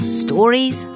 stories